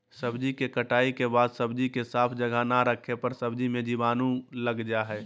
सब्जी के कटाई के बाद सब्जी के साफ जगह ना रखे पर सब्जी मे जीवाणु लग जा हय